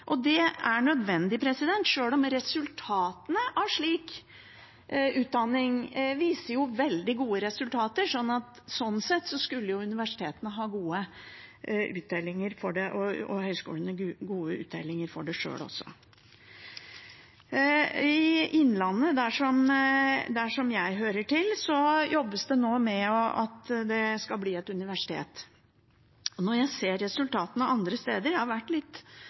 og det er nødvendig, sjøl om resultatene av slik utdanning jo viser seg å være veldig gode. Slik sett skulle jo universitetene og høyskolene ha god uttelling for det sjøl også. I Innlandet, der jeg hører til, jobbes det nå med at det skal bli et universitet. Når jeg ser resultatene – jeg har hele tida vært litt